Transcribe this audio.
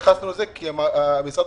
סיכמנו שישבו עם המאפייה יחד עם משרד הכלכלה,